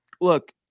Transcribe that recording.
look